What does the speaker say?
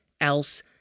else